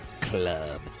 club